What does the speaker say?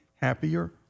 happier